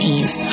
Ease